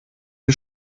die